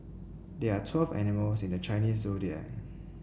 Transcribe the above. there are twelve animals in the Chinese Zodiac